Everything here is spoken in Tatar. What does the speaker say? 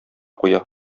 куя